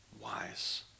wise